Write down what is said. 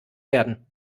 werden